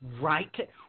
right